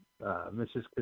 Mrs